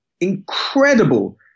incredible